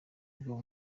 bwo